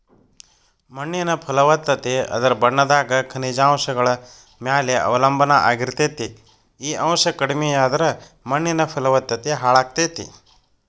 ಮಣ್ಣಿನ ಫಲವತ್ತತೆ ಅದರ ಬಣ್ಣದಾಗ ಖನಿಜಾಂಶಗಳ ಮ್ಯಾಲೆ ಅವಲಂಬನಾ ಆಗಿರ್ತೇತಿ, ಈ ಅಂಶ ಕಡಿಮಿಯಾದ್ರ ಮಣ್ಣಿನ ಫಲವತ್ತತೆ ಹಾಳಾಗ್ತೇತಿ